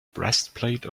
breastplate